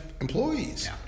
employees